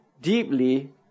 deeply